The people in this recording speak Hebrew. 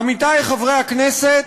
עמיתי חברי הכנסת,